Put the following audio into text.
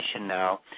now